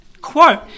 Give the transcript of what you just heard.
Quote